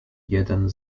jeden